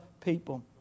people